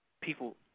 People